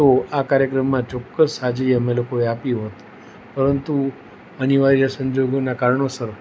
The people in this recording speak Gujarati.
તો આ કાર્યક્રમમાં ચોક્કસ હાજરી અમે લોકોએ આપી હોત પરંતુ અનિવાર્ય સંજોગના કારણોસર